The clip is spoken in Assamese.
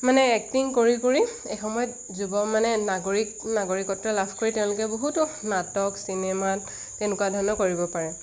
মানে এক্টিং কৰি কৰি এইসময়ত যুৱ মানে নাগৰিক নাগৰিকত্ব লাভ কৰি তেওঁলোকে বহুতো নাটক চিনেমাত তেনেকুৱা ধৰণেও কৰিব পাৰে